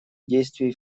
действий